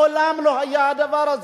מעולם לא היה הדבר הזה.